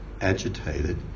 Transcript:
agitated